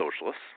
socialists